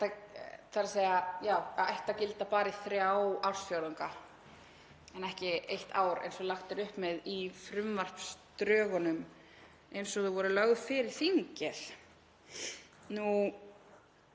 greiðir út arð, ætti að gilda bara í þrjá ársfjórðunga en ekki eitt ár eins og lagt er upp með í frumvarpsdrögunum eins og þau voru lögð fyrir þingið.